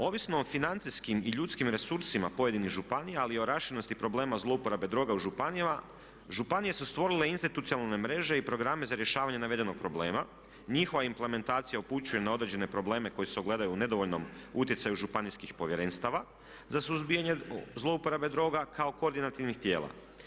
Ovisno o financijskim i ljudskim resursima pojedinih županija ali i o raširenosti problema zlouporabe droga u županijama, županije su stvorile institucionalne mreže i programe za rješavanje navedenog problema, njihova implementacija upućuje na određene probleme koji se ogledaju u nedovoljnom utjecaju županijskih povjerenstava za suzbijanje zlouporabe droga kao koordinativnih tijela.